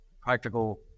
practical